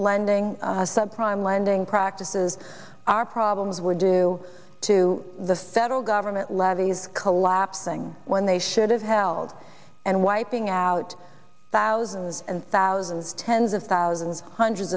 lending sub prime lending practices are problems were due to the federal government levies collapsing when they should have held and wiping out thousands and thousands tens of thousands hundreds